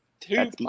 two